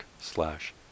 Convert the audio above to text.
slash